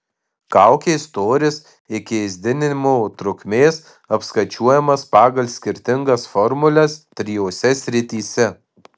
kaukės storis iki ėsdinimo trukmės apskaičiuojamas pagal skirtingas formules trijose srityse